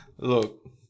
Look